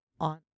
on